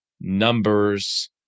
numbers